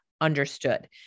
understood